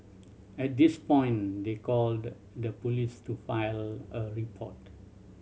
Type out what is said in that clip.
at this point they called the police to file a report